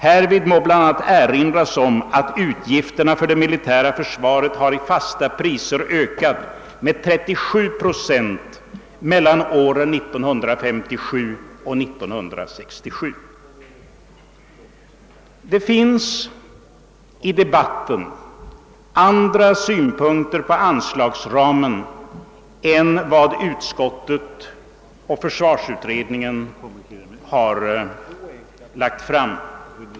Härvid må bl.a. erinras om att utgifterna för det militära försvaret har i fasta priser ökat med 37 & mellan åren 1957 och 1967.» Det finns i debatten andra synpunkter på anslagsramen än de som utskottet och försvarsutredningen har lagt fram.